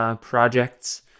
projects